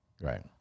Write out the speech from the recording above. Right